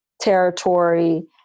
territory